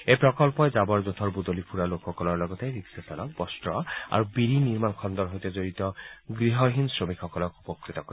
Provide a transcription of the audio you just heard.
এই প্ৰকল্পই জাৱৰ জোথৰ বুটলিফুৰা লোকসকলৰ লগতে ৰিক্সা চালক বস্ত্ৰ খণ্ড আৰু বিডি নিৰ্মাণৰ সৈতে জড়িত গৃহহাৰা শ্ৰমিকসকলক উপকৃত কৰিব